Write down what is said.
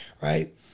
right